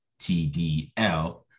TDL